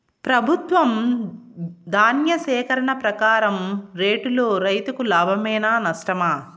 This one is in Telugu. ప్రభుత్వం ధాన్య సేకరణ ప్రకారం రేటులో రైతుకు లాభమేనా నష్టమా?